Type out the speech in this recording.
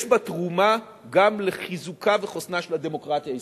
תרומה גם לחיזוקה וחוסנה של הדמוקרטיה הישראלית.